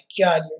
god